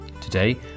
Today